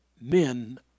men